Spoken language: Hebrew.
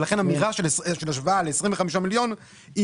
לכן אמירה של השוואה ל-25 מיליון היא